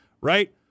right